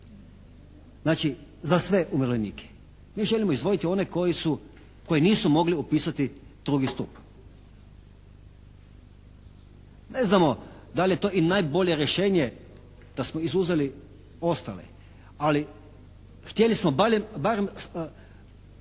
znači za sve umirovljenike. Mi želimo one koji nisu mogli upisati drugi stup. Ne znamo da li je to i najbolje rješenje da smo izuzeli ostale, ali htjeli smo barem